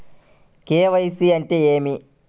KYC అంటే ఏమి?